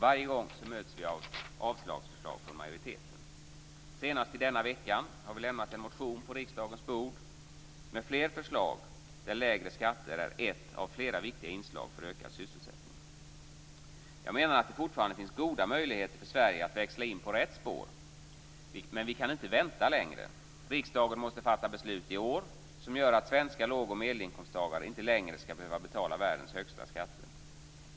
Varje gång möts vi av avslagsförslag från majoriteten. Senast i denna vecka lämnade vi en motion på riksdagens bord med fler förslag, där lägre skatter är ett av flera viktiga inslag för en ökad sysselsättning. Jag menar att det fortfarande finns goda möjligheter för Sverige att växla in på rätt spår, men vi kan inte vänta längre. Riksdagen måste fatta beslut i år som gör att svenska låg och medelinkomsttagare inte längre skall behöva betala världens högsta skatter.